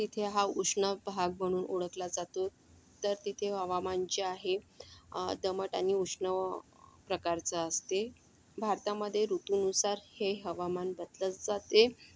तिथे हा उष्ण भाग म्हणून ओळखला जातो तर तिथे हवामान जे आहे दमट आणि उष्ण प्रकारचं असते भारतामध्ये ऋतूनुसार हे हवामान बदलत जाते